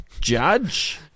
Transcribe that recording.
judge